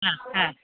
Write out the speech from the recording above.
ആ ആ